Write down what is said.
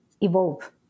evolve